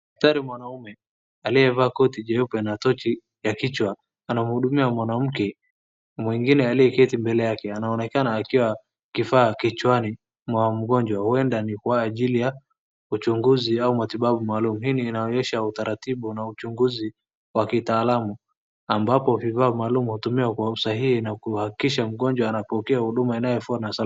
Daktari mwanaume aliyevaa koti jeupe na tochi ya kichwa anamhudumia mwanamke mwingine aliyeketi mbele yake. Anaonekana akiwa kifaa kichwani mwa mgonjwa, huenda ni kwa ajili ya uchunguzi au matibabu maalum. . Hii inaonyesha utaratibu na uchunguzi wa kitaalamu ambapo vifaa maalum hutumiwa kwa usahihi na kuhakikisha mgonjwa anapokea huduma inayofaa.